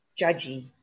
judgy